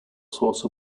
source